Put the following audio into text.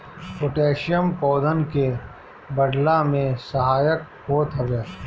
potassium पौधन के बढ़ला में सहायक होत हवे